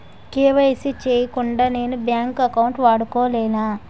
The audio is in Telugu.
కే.వై.సీ చేయకుండా నేను బ్యాంక్ అకౌంట్ వాడుకొలేన?